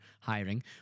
hiring